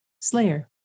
Slayer